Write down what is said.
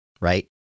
right